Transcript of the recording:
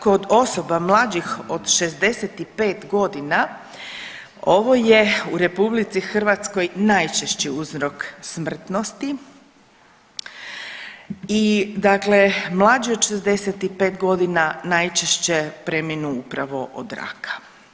Kod osoba mlađih od 65 godina ovo je u RH najčešći uzrok smrtnosti i dakle mlađi od 65 godina najčešće preminu upravo od raka.